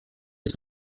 les